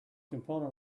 component